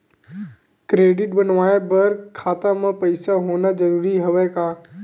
Credit बनवाय बर खाता म पईसा होना जरूरी हवय का?